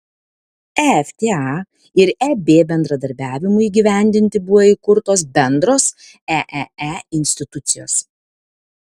efta ir eb bendradarbiavimui įgyvendinti buvo įkurtos bendros eee institucijos